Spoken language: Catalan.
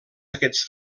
aquests